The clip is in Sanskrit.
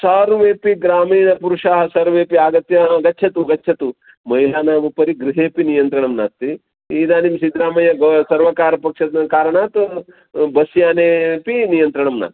सार्वेपि ग्रामीणपुरुषाः सर्वे अपि आगत्य गच्छतु गच्छतु महिलानामुपरि गृहे अपि नियन्त्रणं नास्ति इदानीं सिद्दरामय्य गो सर्वकारपक्षकारणात् बस् याने अपि नियन्त्रणं नास्ति